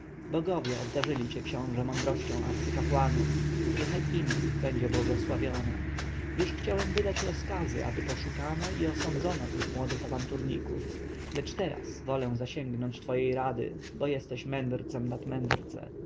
bogowie obdarzyli cię książę mądrością arcykapłanów niechaj imię ich będzie błogosławione już chciałem wydać rozkazy aby poszukano i osądzono tych młodych awanturników lecz teraz wolę zasięgnąć twojej rady bo jesteś mędrcem nad mędrce